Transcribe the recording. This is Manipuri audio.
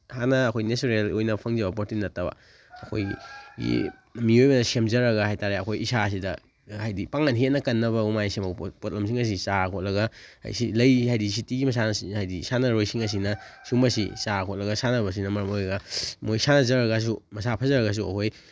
ꯍꯥꯟꯅ ꯑꯩꯈꯣꯏ ꯅꯦꯆꯔꯦꯜ ꯑꯣꯏꯅ ꯐꯪꯖꯕ ꯄꯣꯔꯇꯤꯟ ꯅꯠꯇꯕ ꯑꯩꯈꯣꯏꯒꯤ ꯃꯤꯑꯣꯏꯕꯅ ꯁꯦꯝꯖꯔꯒ ꯍꯥꯏꯇꯥꯔꯦ ꯑꯩꯈꯣꯏ ꯏꯁꯥꯁꯤꯗ ꯍꯥꯏꯗꯤ ꯄꯥꯡꯒꯜ ꯍꯦꯟꯅ ꯀꯥꯟꯅꯕ ꯑꯗꯨꯃꯥꯏꯅ ꯁꯦꯃꯛꯄ ꯄꯣꯠꯂꯝꯁꯤꯡ ꯑꯁꯤ ꯆꯥ ꯈꯣꯠꯂꯒ ꯂꯩ ꯍꯥꯏꯗꯤ ꯁꯤꯇꯤ ꯃꯆꯥꯅ ꯍꯥꯏꯗꯤ ꯁꯥꯟꯅꯔꯣꯏꯁꯤꯡ ꯑꯁꯤꯅ ꯑꯁꯨꯝꯕꯁꯤ ꯆꯥ ꯈꯣꯠꯂꯒ ꯁꯥꯟꯅꯕꯁꯤꯅ ꯃꯔꯝ ꯑꯣꯏꯔꯒ ꯃꯈꯣꯏ ꯁꯥꯟꯅꯖꯔꯒꯁꯨ ꯃꯁꯥ ꯐꯖꯔꯒꯁꯨ ꯑꯩꯈꯣꯏ